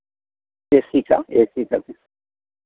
ए C का A C का